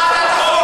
לא קראת את החוק.